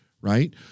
right